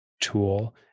tool